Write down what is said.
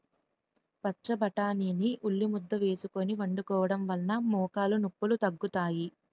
పచ్చబొటాని ని ఉల్లిముద్ద వేసుకొని వండుకోవడం వలన మోకాలు నొప్పిలు తగ్గుతాయి